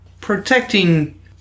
protecting